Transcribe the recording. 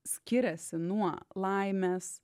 skiriasi nuo laimės